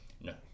no